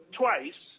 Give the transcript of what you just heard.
twice